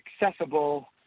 accessible